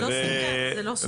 זה לא סותר, זה לא סותר.